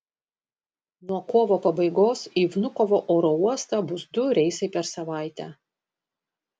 nuo kovo pabaigos į vnukovo oro uostą bus du reisai per savaitę